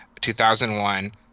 2001